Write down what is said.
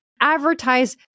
Advertise